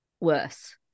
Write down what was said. worse